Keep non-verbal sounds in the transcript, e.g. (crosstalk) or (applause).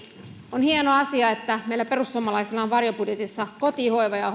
on hieno asia että meillä perussuomalaisilla on varjobudjetissa kotihoiva ja (unintelligible)